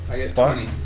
spots